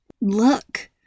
Look